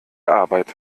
arbeit